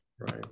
Right